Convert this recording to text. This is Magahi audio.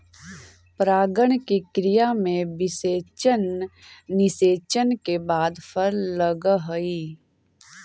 परागण की क्रिया में निषेचन के बाद फल लगअ हई